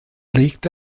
legte